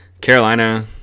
Carolina